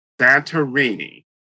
Santorini